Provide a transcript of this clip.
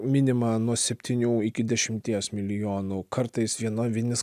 minima nuo septynių iki dešimties milijonų kartais viena vinis